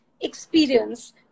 experience